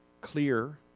Clear